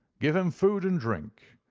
give him food and drink,